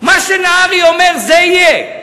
מה שנהרי אומר זה יהיה.